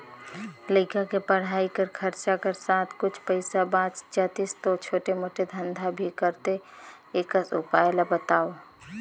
लइका के पढ़ाई कर खरचा कर साथ कुछ पईसा बाच जातिस तो छोटे मोटे धंधा भी करते एकस उपाय ला बताव?